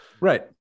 Right